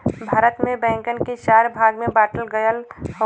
भारत में बैंकन के चार भाग में बांटल गयल हउवे